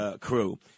crew